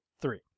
Three